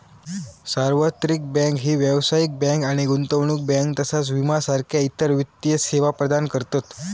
सार्वत्रिक बँक ही व्यावसायिक बँक आणि गुंतवणूक बँक तसाच विमा सारखा इतर वित्तीय सेवा प्रदान करतत